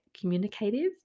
communicative